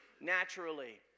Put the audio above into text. naturally